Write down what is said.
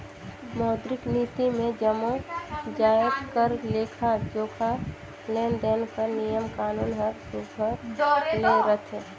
मौद्रिक नीति मे जम्मो जाएत कर लेखा जोखा, लेन देन कर नियम कानून हर सुग्घर ले रहथे